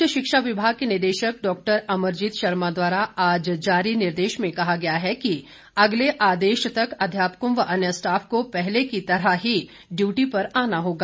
उच्च शिक्षा विभाग के निदेशक डॉक्टर अमरजीत शर्मा द्वारा आज जारी निर्देश में कहा गया है कि अगले आदेश तक अध्यापकों व अन्य स्टाफ को पहले की तरह ही ड्यूटी पर आना होगा